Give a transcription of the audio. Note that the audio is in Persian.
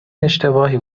اشتباهی